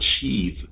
achieve